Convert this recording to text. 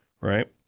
right